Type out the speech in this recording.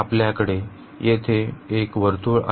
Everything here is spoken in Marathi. आपल्याकडे येथे एक वर्तुळ आहे